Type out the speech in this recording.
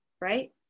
Right